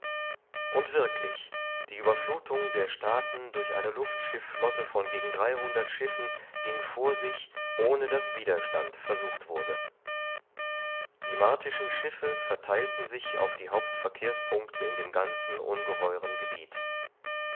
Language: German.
und wirklich die überflutung der staaten durch eine luftschifflotte von gegen dreihundert schiffen ging vor sich ohne daß widerstand versucht wurde die martischen schiffe verteilten sich auf die hauptverkehrspunkte in dem ganzen ungeheuren gebiet